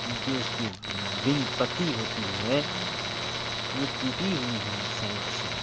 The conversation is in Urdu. جو اس کی ونگ پتّی ہوتی ہے وہ ٹوٹی ہوئی ہے سائڈ سے